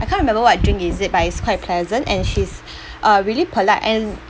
I can't remember what drink is it but it's quite pleasant and she's uh really polite and